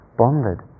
bonded